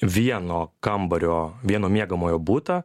vieno kambario vieno miegamojo butą